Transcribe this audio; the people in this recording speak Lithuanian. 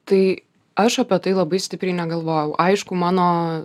tai aš apie tai labai stipriai negalvojau aišku mano